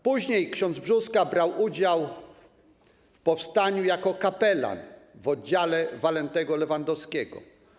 Później ks. Brzóska brał udział w powstaniu jako kapelan w oddziale Walentego Lewandowskiego.